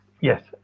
Yes